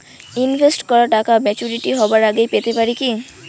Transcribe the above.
Invest করা টাকা maturity হবার আগেই পেতে পারি কি?